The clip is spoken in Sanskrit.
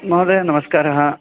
महोदय नमस्कारः